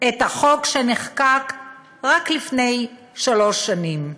את החוק שנחקק רק לפני שלוש שנים.